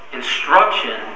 instruction